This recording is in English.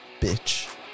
Bitch